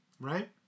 right